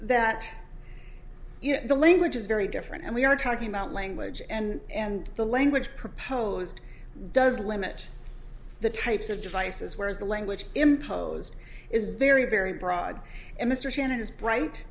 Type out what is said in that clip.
that you know the language is very different and we are talking about language and and the language proposed does limit the types of devices whereas the language imposed is very very broad and mr shannon is bright